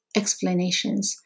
explanations